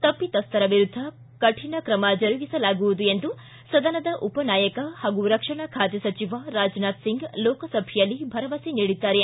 ತಪ್ಪಿತಸ್ಥರ ವಿರುದ್ಧ ಕಶಿಣ ಕ್ರಮ ಜರುಗಿಸಲಾಗುವುದು ಎಂದು ಸದನದ ಉಪನಾಯಕ ಹಾಗೂ ರಕ್ಷಣಾ ಸಚಿವ ರಾಜನಾಥ್ ಸಿಂಗ್ ಲೋಕಸಭೆಯಲ್ಲಿ ಭರವಸೆ ನೀಡಿದ್ದಾರೆ